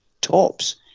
tops